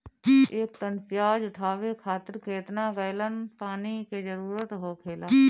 एक टन प्याज उठावे खातिर केतना गैलन पानी के जरूरत होखेला?